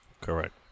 Correct